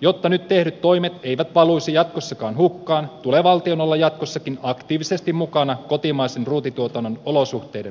jotta nyt tehdyt toimet eivät valuisi jatkossakaan hukkaan tulee valtion olla jatkossakin aktiivisesti mukana kotimaisen ruutituotannon olosuhteiden parantamisessa